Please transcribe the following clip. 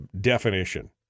definition